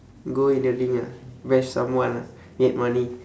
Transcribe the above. go in the ring ah bash someone ah make money